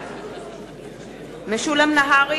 בעד משולם נהרי,